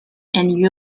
and